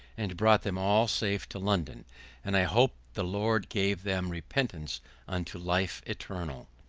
and brought them all safe to london and i hope the lord gave them repentance unto life eternal.